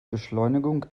beschleunigung